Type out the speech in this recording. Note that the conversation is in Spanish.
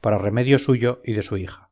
para remedio suyo y de su hija